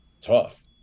tough